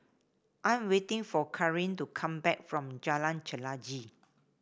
I am waiting for Kareen to come back from Jalan Chelagi